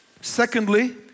secondly